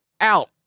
Out